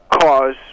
cause